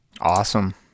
Awesome